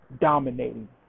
dominating